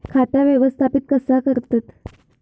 खाता व्यवस्थापित कसा करतत?